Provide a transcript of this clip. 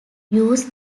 use